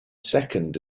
second